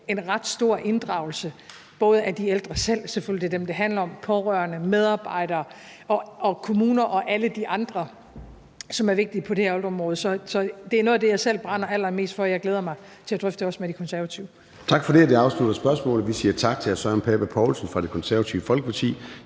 en ret stor inddragelse, selvfølgelig både af de ældre selv – det er dem, det handler om – og de pårørende, medarbejderne, kommunerne og alle de andre, som er vigtige på det her område. Så det er noget af det, jeg selv brænder allerallermest for, og jeg glæder mig også til at drøfte det med De Konservative.